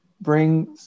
bring